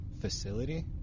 facility